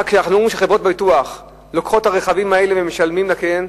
אנחנו אומרים שחברות הביטוח לוקחות את הרכבים האלה ומשלמות לקליינט,